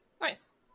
Nice